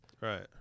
Right